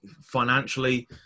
financially